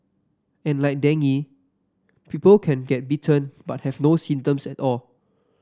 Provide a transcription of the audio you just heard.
and like dengue people can get bitten but have no symptoms at all